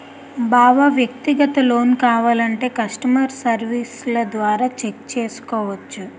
బావా వ్యక్తిగత లోన్ కావాలంటే కష్టమర్ సెర్వీస్ల ద్వారా చెక్ చేసుకోవచ్చు